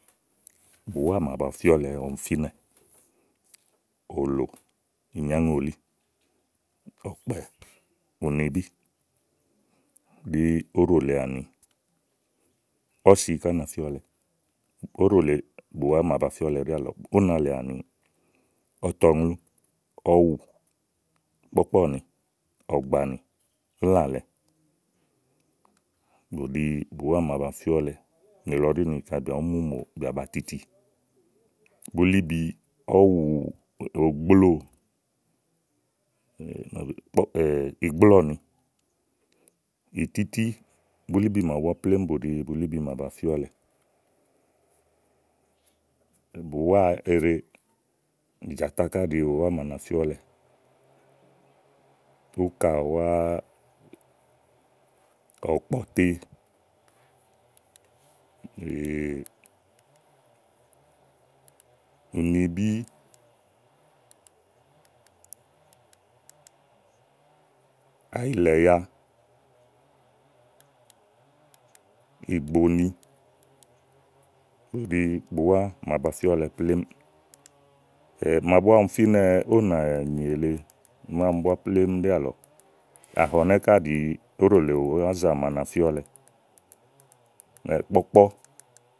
Bùwá màa ba fíɔlɛ ɔmì fínɛ̀ òlò ìnyáŋòlí, ɔ̀kpɛ ùnibí ɖí óɖò lèe àni ɔ̀sì ká na fíɔlɛ óɖò lèe máa ba fíɔlɛ ɖíàlɔ únàlèe àni ɔ̀tɔŋlú, ɔ̀wù kpɔkpɔ̀ɔ ni, ɔ gbánì, ílàlɛ bù ɖi bùwá màa ba fíɔlɛ. Nílɔ ɖi nì kayi bìà bùú mu mò, bìà ba titi bulíbì, ɔ̀wù ogblóò igblɔ́ɔ ni ìtìtì bulíbi màawu búá plémú bù ɖi bulíbí màa ba fíɔ̀lɛ bùwá eɖe, ìjàtaká ɖìi ùwà màa na fíɔlɛ úkàwà ɔ̀kpɔ̀ te ùnibi àyìlɛ̀ya, ìgbòni bù ɖi bùwá màa ba fíɔlɛ plémú màa búá ɔmi fínɛ ówò nanyì èle mámi búa plémú ɖíálɔ̀ɔ àhɔ̀nɛ́ ká ɖìi óɖò lèe ì wá zà màa na fíɔlɛ kpɔ̀kpɔ.